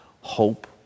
hope